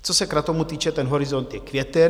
Co se kratomu týče, ten horizont je květen.